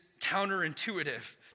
counterintuitive